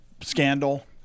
scandal